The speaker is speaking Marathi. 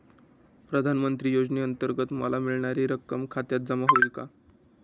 प्रधानमंत्री योजनेअंतर्गत मला मिळणारी रक्कम खात्यात जमा होईल का?